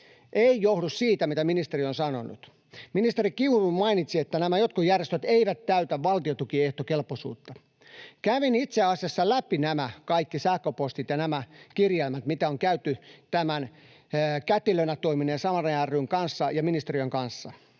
ei johdu siitä, mitä ministeri on sanonut. Ministeri Kiuru mainitsi, että nämä jotkut järjestöt eivät täytä valtiontukiehtokelpoisuutta. Kävin itse asiassa läpi kaikki nämä sähköpostit ja nämä kirjelmät, mitä on käyty tämän kätilönä toimineen Samaria ry:n ja ministeriön kanssa.